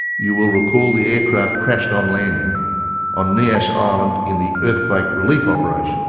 you will recall the aircraft crashed on landing on nias island in the earthquake relief operation